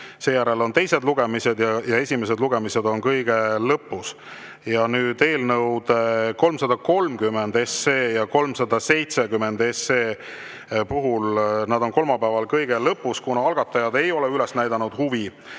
seejärel teised lugemised ja esimesed lugemised on kõige lõpus. Eelnõud 330 ja 370 on kolmapäeval kõige lõpus, kuna algatajad ei ole üles näidanud huvi